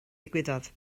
ddigwyddodd